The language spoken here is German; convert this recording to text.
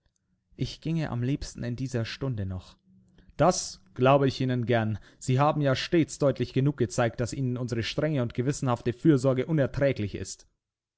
ich ginge am liebsten in dieser stunde noch das glaube ich ihnen gern sie haben ja stets deutlich genug gezeigt daß ihnen unsere strenge und gewissenhafte fürsorge unerträglich ist